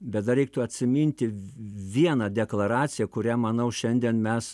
bet dar reiktų atsiminti vieną deklaraciją kurią manau šiandien mes